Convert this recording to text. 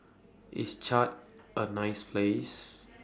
IS Chad A nice Place